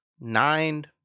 nine